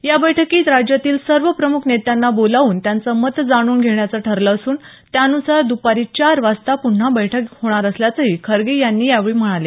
या बैठकीत राज्यातील सर्व प्रमुख नेत्यांना बोलावून त्यांचं मत जाणून घेण्याचं ठरलं असून त्यानुसार दपारी चार वाजता पुन्हा बैठक होणार असल्याचही खरगे यावेळी म्हणाले